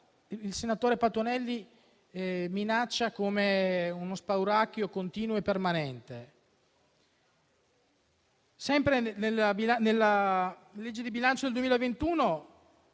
il senatore Patuanelli minaccia come uno spauracchio continuo e permanente. Sempre nella discussione della